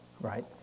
right